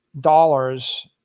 dollars